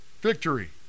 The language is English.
victory